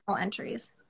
entries